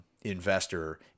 investor